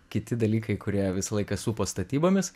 kiti dalykai kurie visą laiką supo statybomis